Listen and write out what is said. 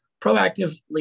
proactively